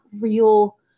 real